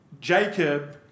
Jacob